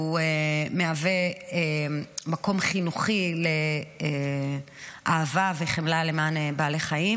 שהוא מהווה מקום חינוכי לאהבה וחמלה למען בעלי חיים.